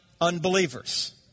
unbelievers